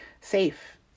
safe